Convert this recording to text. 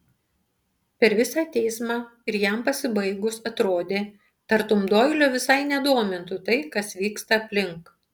per visą teismą ir jam pasibaigus atrodė tartum doilio visai nedomintų tai kas vyksta aplink